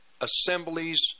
assemblies